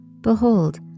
Behold